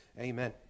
Amen